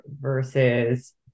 versus